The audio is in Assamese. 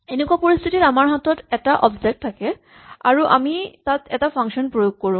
এনেকুৱা পৰিস্হিতিত আমাৰ হাতত এটা অৱজেক্ট থাকে আৰু আমি তাত এটা ফাংচন প্ৰয়োগ কৰোঁ